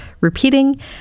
repeating